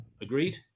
Agreed